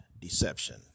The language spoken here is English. Deception